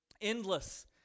Endless